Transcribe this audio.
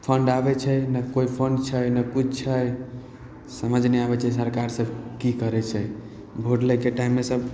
fund आबै छै नहि कोइ फण्ड छै नहि किछु छै समझ नहि आबै छै सरकार सब कि करै छै भोट लैके टाइममे सब